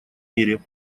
мире